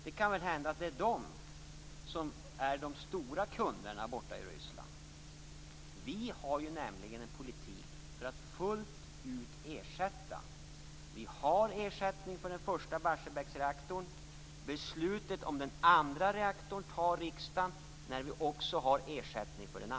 Det kan väl hända att det är de som är de stora kunderna borta i Ryssland. Vi har ju en politik för att fullt ut ersätta den kärnkraft som avvecklas. Vi har ersättning för den första Barsebäcksreaktorn. Beslutet om den andra reaktorn fattar riksdagen när vi också har ersättning för den.